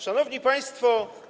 Szanowni Państwo!